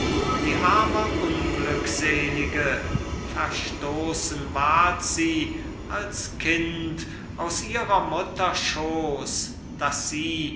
die arme unglückselige verstoßen ward sie als kind aus ihrer mutter schooß daß sie